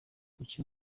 kuki